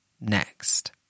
Next